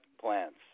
plants